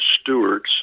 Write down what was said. stewards